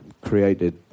created